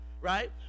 right